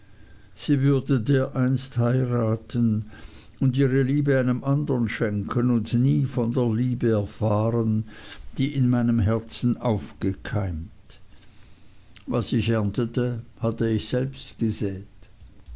sie würde dereinst heiraten und ihre liebe einem andern schenken und nie von der liebe erfahren die in meinem herzen aufgekeimt was ich erntete hatte ich selbst gesät